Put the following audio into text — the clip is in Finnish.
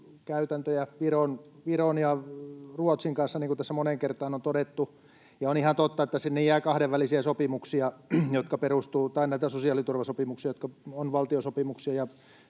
käytäntöjä Viron ja Ruotsin kanssa, niin kuin tässä moneen kertaan on todettu, ja on ihan totta, että sinne jää näitä sosiaaliturvasopimuksia, jotka ovat valtiosopimuksia